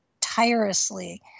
tirelessly